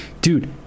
Dude